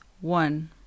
one